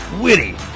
Witty